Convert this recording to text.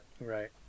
Right